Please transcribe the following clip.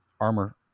armor